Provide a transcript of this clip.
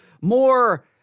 more